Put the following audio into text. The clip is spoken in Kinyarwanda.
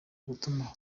gutuma